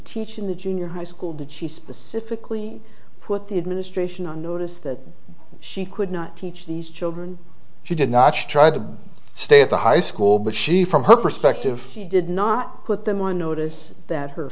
teach in the junior high school did she specifically put the administration on notice that she could not teach these children she did not try to stay at the high school but she from her perspective he did not put them on notice that her